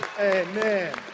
Amen